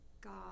God